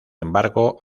embargo